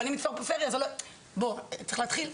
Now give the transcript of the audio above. צריך להתחיל.